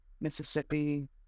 Mississippi